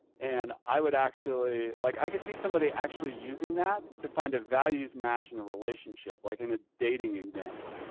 and i would actually like, i could see somebody actually using that to find a values match in a relationship, like in a dating example.